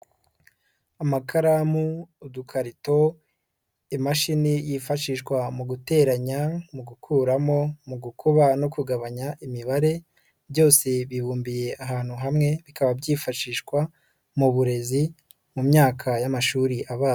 Amakaramu, udukarito, imashini yifashishwa mu guteranya, mu gukuramo, mu gukuba no kugabanya imibare, byose bibumbiye ahantu hamwe, bikaba byifashishwa mu burezi, mu myaka y'amashuri abanza.